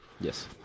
Yes